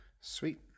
Sweet